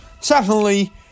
Secondly